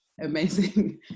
amazing